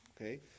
okay